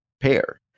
pair